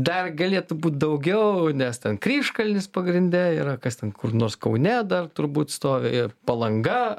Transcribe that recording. dar galėtų būt daugiau nes ten kryžkalnis pagrinde yra kas ten kur nors kaune dar turbūt stovi ir palanga